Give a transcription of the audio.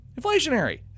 Inflationary